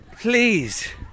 Please